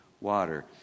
water